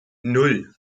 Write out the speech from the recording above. nan